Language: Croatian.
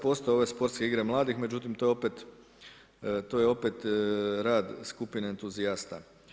Postoje ove Sportske igre mladih, međutim to je opet rad skupine entuzijasta.